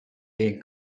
gain